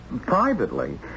privately